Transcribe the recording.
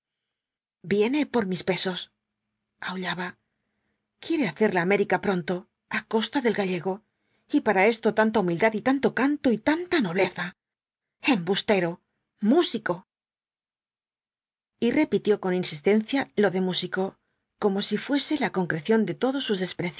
viene por mis pesos aullaba quiere hacer la américa pronto á costa del gallego y para esto tanta humildad y tanto canto y tanta nobleza embustero músico y repitió con insistencia lo de músico como si fuese la concreción de todos sus